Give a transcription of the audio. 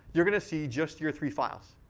you're going to see just your three files.